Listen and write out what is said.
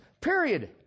Period